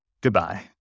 goodbye